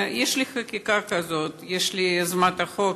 יש לי חקיקה כזאת, יש לי יוזמת חוק,